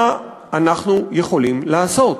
מה אנחנו יכולים לעשות?